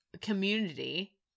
community